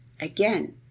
Again